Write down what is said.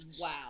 Wow